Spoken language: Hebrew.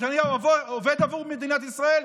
נתניהו עובד עבור מדינת ישראל,